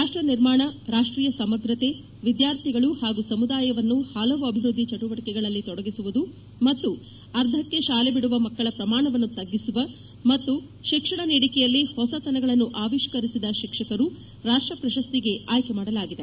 ರಾಷ್ಟ್ ನಿರ್ಮಾಣ ರಾಷ್ಟ್ರೀಯ ಸಮಗ್ರತೆ ವಿದ್ಯಾರ್ಥಿಗಳು ಹಾಗೂ ಸಮುದಾಯವನ್ನು ಹಲವು ಅಭಿವೃದ್ದಿ ಚಟುವಟಿಕೆಯಲ್ಲಿ ತೊಡಗಿಸುವುದು ಮತ್ತು ಅರ್ಧಕ್ಕೆ ಶಾಲೆ ಬಿಡುವ ಮಕ್ಕಳ ಪ್ರಮಾಣವನ್ನು ತಗ್ಗಿಸುವ ಮತ್ತು ಶಿಕ್ಷಣ ನೀಡಿಕೆಯಲ್ಲಿ ಹೊಸತನಗಳನ್ನು ಆವಿಷ್ಣರಿಸಿದ ಶಿಕ್ಷಕರನ್ನು ರಾಷ್ಟ ಪ್ರಶಸ್ತಿಗೆ ಆಯ್ಕೆ ಮಾಡಲಾಗಿದೆ